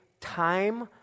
time